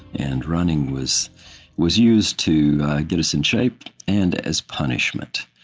and running was was used to get us in shape and as punishment.